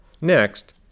Next